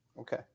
Okay